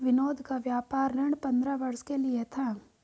विनोद का व्यापार ऋण पंद्रह वर्ष के लिए था